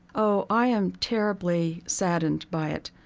oh, i am terribly saddened by it.